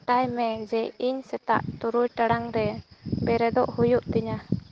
ᱜᱚᱴᱟᱭᱢᱮ ᱡᱮ ᱤᱧ ᱥᱮᱛᱟᱜ ᱛᱩᱨᱩᱭ ᱴᱟᱲᱟᱝ ᱨᱮ ᱵᱮᱨᱮᱫᱚᱜ ᱦᱩᱭᱩᱜ ᱛᱤᱧᱟᱹ